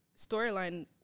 storyline